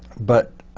but